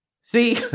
See